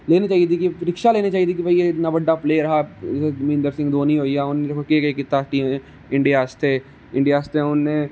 लेनी चाहिदी परीक्षा लैनी चाहिदी इन्ना बड्डा प्लेयर हा महेन्दर सिंह धोनी होई गेआ उनें दिक्खो केह् केह् कीता टीम लेई इंडिया आस्तै इंडियां आस्तै उंने